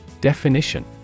Definition